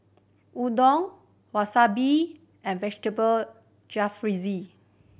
Unadon Wasabi and Vegetable Jalfrezi